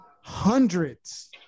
hundreds